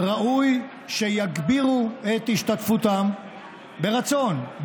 ראוי שיגבירו את השתתפותם ברצון,